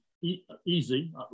easy